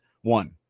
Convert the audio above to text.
one